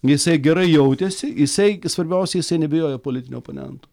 jisai gerai jautėsi jisai svarbiausia jisai nebijojo politinių oponentų